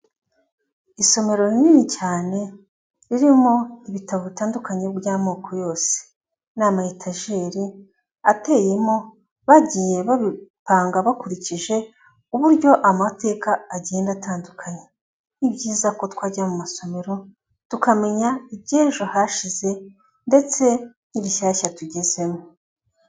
Isomero rinini cyane ririmo ibitabo bitandukanye by'amoko yose. Ni matajeri ateyemo, bagiye babipanga bakurikije uburyo amateka agenda atandukanye. Ni byiza ko twajya mu masomero, tukamenya iby'ejo hashize ndetse n'ibishyashya tugezemo.